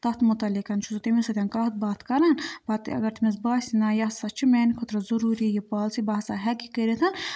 تَتھ مُتعلِقَن چھُ سُہ تٔمِس سۭتۍ کَتھ باتھ کَران پَتہٕ اگر تٔمِس باسہِ نہ یہِ ہَسا چھُ میٛانہِ خٲطرٕ ضٔروٗری یہِ پالسی بہٕ ہَسا ہٮ۪کہِ یہِ کٔرِتھ